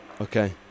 Okay